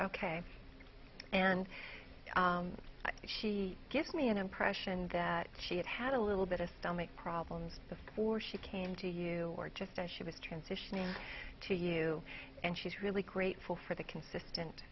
think she gives me an impression that she had had a little bit of stomach problems before she came to you or just as she was transitioning to you and she's really grateful for the consistent